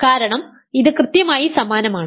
കാരണം ഇത് കൃത്യമായി സമാനമാണ്